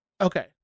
Okay